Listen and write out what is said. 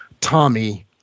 Tommy